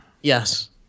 Yes